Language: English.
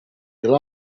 will